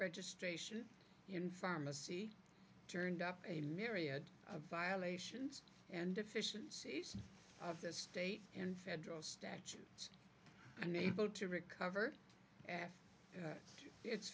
registration in pharmacy turned up a myriad of violations and deficiencies of the state and federal statutes unable to recover